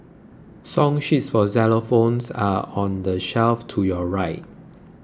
song sheets for xylophones are on the shelf to your right